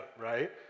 right